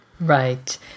Right